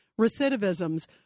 recidivisms